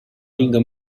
lingua